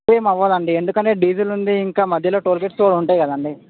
ఎక్కువేమి అవదు అండి ఎందుకంటే డీజిల్ ఉంది ఇంకా మధ్యలో టోల్ గేట్సు కూడా ఉంటాయి కదా అండి